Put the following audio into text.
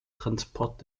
transport